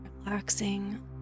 relaxing